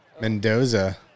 Mendoza